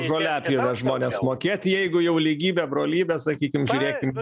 žoliapjovę žmonės mokėt jeigu jau lygybė brolybė sakykim žiūrėkim